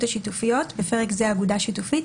השיתופיות (בפרק זה אגודה שיתופית),